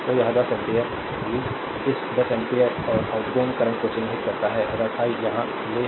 तो यह 10 एम्पीयर भी इस 10 एम्पीयर और आउटगोइंग करंट को चिन्हित करता है अगर आई यहाँ ले जाऊं